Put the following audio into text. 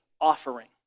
offering